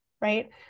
right